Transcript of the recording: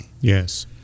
Yes